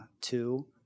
two